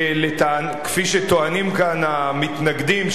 כפי שטוענים כאן המתנגדים,